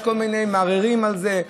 יש כל מיני מערערים על זה,